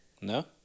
No